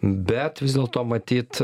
bet vis dėlto matyt